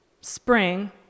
spring